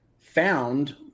found